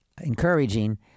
encouraging